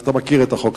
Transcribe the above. אתה מכיר את החוק,